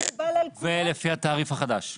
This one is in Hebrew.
ולפי התעריף החדש.